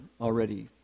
already